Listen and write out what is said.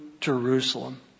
Jerusalem